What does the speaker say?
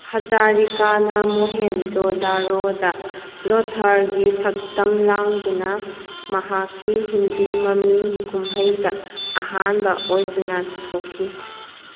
ꯍꯖꯥꯔꯤꯀꯥꯅ ꯃꯣꯍꯦꯟꯖꯣ ꯗꯥꯔꯣꯗ ꯂꯣꯊꯥꯔꯒꯤ ꯁꯛꯇꯝ ꯂꯥꯡꯗꯨꯅ ꯃꯍꯥꯛꯀꯤ ꯍꯤꯟꯗꯤ ꯃꯃꯤ ꯀꯨꯝꯍꯩꯗ ꯑꯍꯥꯟꯕ ꯑꯣꯏꯖꯅ ꯊꯣꯛꯈꯤ